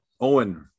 Owen